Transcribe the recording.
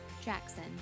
Jackson